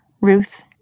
Ruth